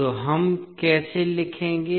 तो हम कैसे लिखेंगे